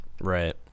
Right